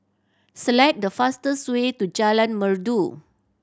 select the fastest way to Jalan Merdu